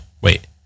wait